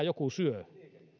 joku syö